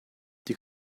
die